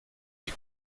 die